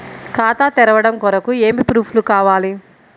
ఖాతా తెరవడం కొరకు ఏమి ప్రూఫ్లు కావాలి?